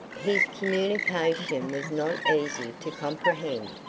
his communication was not easy to comprehend,